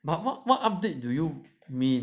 but what what update do you mean